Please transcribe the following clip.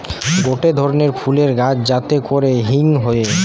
গটে ধরণের ফুলের গাছ যাতে করে হিং হয়ে